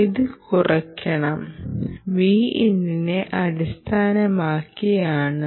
ഇത് കുറയ്ക്കുന്നത് Vinനെ അടിസ്ഥാനമാക്കി ആണ്